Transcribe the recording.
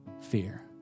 fear